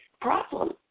problem